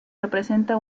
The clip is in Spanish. representa